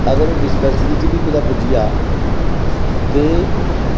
अगर डिस्पैंसरी च बी कुदै पुज्जी जा ते